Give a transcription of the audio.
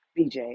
BJ